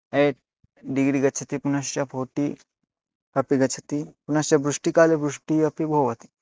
at degree गच्छति पुनश्च forty अपि गच्छति पुनश्च वृष्टिकाले वृष्टिः अपि भवति